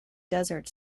desert